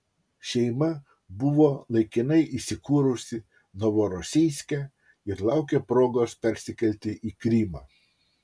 šeima buvo laikinai įsikūrusi novorosijske ir laukė progos persikelti į krymą